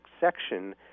section